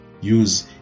use